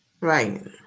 Right